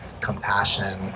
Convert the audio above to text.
compassion